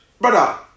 brother